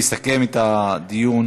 יסכם את הדיון